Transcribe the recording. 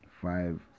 Five